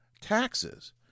taxes